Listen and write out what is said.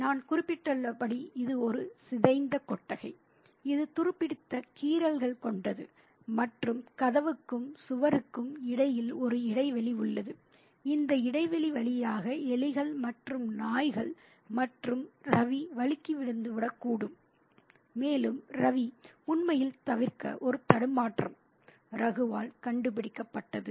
நான் குறிப்பிட்டுள்ளபடி இது ஒரு சிதைந்த கொட்டகை இது துருப்பிடித்த கீரல்கள் கொண்டது மற்றும் கதவுக்கும் சுவருக்கும் இடையில் ஒரு இடைவெளி உள்ளது இந்த இடைவெளி வழியாக எலிகள் மற்றும் நாய்கள் மற்றும் ரவி வழுக்கி விழுந்துவிடக்கூடும் மேலும் ரவி உண்மையில் தவிர்க்க ஒரு தடுமாற்றம் ரகுவால் கண்டுபிடிக்கப்பட்டது